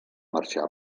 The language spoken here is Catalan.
marxar